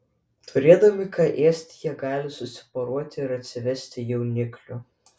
turėdami ką ėsti jie gali susiporuoti ir atsivesti jauniklių